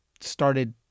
started